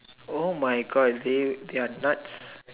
oh my God they they are nuts